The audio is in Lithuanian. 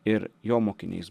ir jo mokiniais